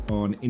on